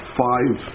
five